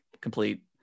complete